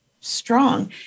strong